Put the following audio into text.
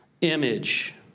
image